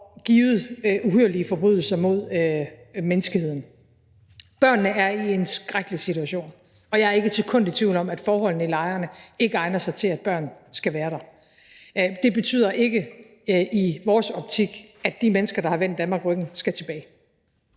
og begået uhyrlige forbrydelser mod menneskeheden. Børnene er i en skrækkelig situation, og jeg er ikke et sekund i tvivl om, at forholdene i lejrene ikke egner sig til, at børnene skal være der. Det betyder ikke i vores optik, at de mennesker, der har vendt Danmark ryggen, skal tilbage.